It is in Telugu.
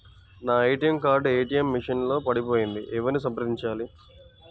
నా ఏ.టీ.ఎం కార్డు ఏ.టీ.ఎం మెషిన్ లో పడిపోయింది ఎవరిని సంప్రదించాలి?